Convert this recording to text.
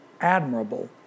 admirable